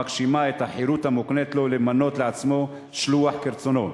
המגשימה את החירות המוקנית לו למנות לעצמו שלוח כרצונו,